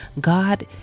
God